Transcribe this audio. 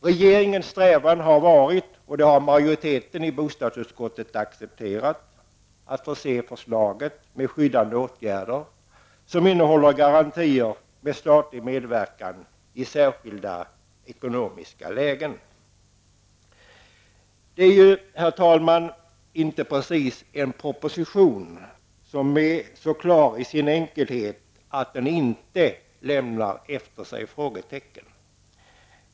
Regeringens strävan har varit -- det har majoriteten i bostadsutskottet accepterat -- att förse förslaget med skyddande åtgärder som innehåller garantier om statlig medverkan i särskilda ekonomiska lägen. Herr talman! Denna proposition är inte precis så klar i sin enkelhet att den inte lämnar efter sig frågetecken.